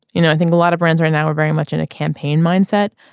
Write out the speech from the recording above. you know i think a lot of brands right now are very much in a campaign mindset.